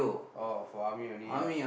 orh for army only ah